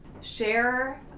share